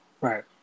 Right